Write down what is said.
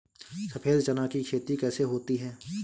सफेद चना की खेती कैसे होती है?